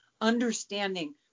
understanding